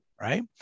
right